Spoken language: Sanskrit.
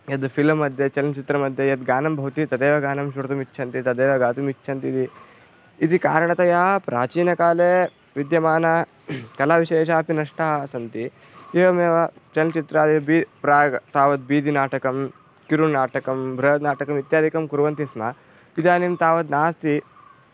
यद् फ़िल्म् मध्ये चलनचित्रमध्ये यद्गानं भवति तदेव गानं श्रोतुम् इच्छन्ति तदेव गातुम् इच्छन्ति इति इति कारणतया प्राचीनकाले विद्यमानं कलाविशेषाः अपि नष्टाः सन्ति एवमेव चलचित्रादिभिः प्राग् तावत् बीदिनाटकं किरुनाटकं बृहन्नाटकम् इत्यादिकं कुर्वन्ति स्म इदानीं तावद् नास्ति